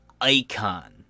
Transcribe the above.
icon